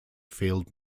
field